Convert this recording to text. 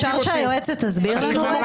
אפשר שהיועצת תסביר לנו?